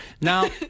Now